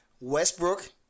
Westbrook